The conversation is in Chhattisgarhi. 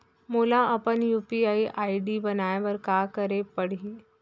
मोला अपन यू.पी.आई आई.डी बनाए बर का करे पड़ही?